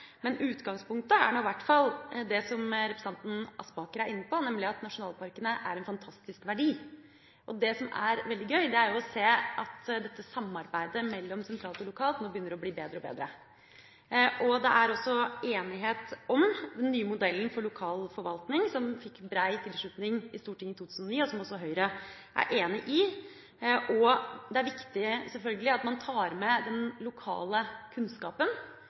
men utgangspunktet er i hvert fall det representanten Aspaker er inne på, nemlig at nasjonalparkene er en fantastisk verdi. Og det som er veldig gøy, er jo å se at dette samarbeidet mellom sentralt og lokalt nå begynner å bli bedre og bedre. Det er også enighet om den nye modellen for lokal forvaltning som fikk brei tilslutning i Stortinget i 2009, og som også Høyre er enig i. Det er selvfølgelig også viktig at man tar med den lokale kunnskapen